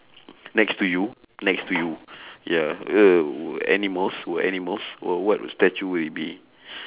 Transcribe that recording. next to you next to you ya uh animals w~ animals w~ what statue would it be